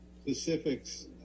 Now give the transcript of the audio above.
Specifics